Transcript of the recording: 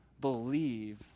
believe